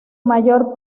mayor